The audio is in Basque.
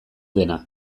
dena